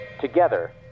together